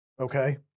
Okay